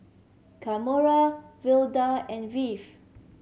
Kamora Velda and